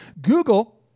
Google